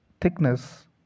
Thickness